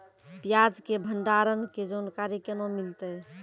प्याज के भंडारण के जानकारी केना मिलतै?